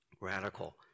radical